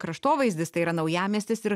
kraštovaizdis tai yra naujamiestis ir